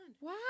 Wow